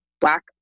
black